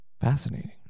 fascinating